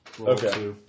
Okay